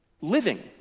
Living